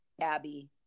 Abby